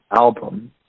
album